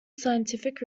scientific